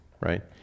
right